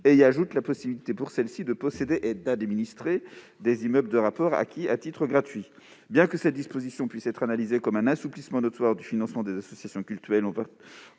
et ajoute la possibilité pour les associations cultuelles de posséder et d'administrer des immeubles de rapport acquis à titre gratuit. Bien que cette disposition puisse être analysée comme un assouplissement notoire du financement des associations cultuelles,